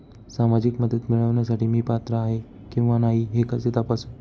सामाजिक मदत मिळविण्यासाठी मी पात्र आहे किंवा नाही हे कसे तपासू?